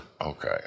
Okay